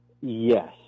yes